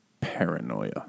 paranoia